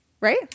Right